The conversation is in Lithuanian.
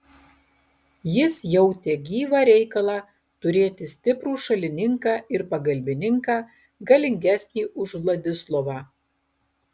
jis jautė gyvą reikalą turėti stiprų šalininką ir pagalbininką galingesnį už vladislovą